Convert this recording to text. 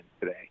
today